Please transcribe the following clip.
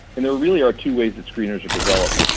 and there really are two ways that screeners are developed.